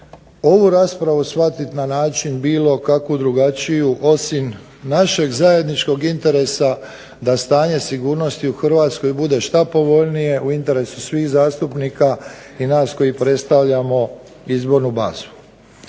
ovu raspravu shvatiti na način bilo kako drugačije osim našeg zajedničkog interesa da stanje sigurnosti u Hrvatskoj bude što povoljnije, u interesu svih zastupnika i nas koji predstavljamo izbornu bazu.